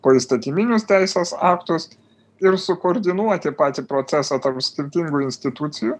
poįstatyminius teisės aktus ir sukoordinuoti patį procesą tarp skirtingų institucijų